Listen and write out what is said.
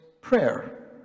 prayer